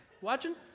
Watching